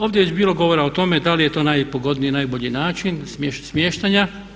Ovdje je već bilo govora o tome da li je to najpogodniji i najbolji način smještanja.